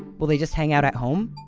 will they just hang out at home?